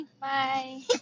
Bye